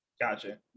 Gotcha